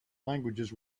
languages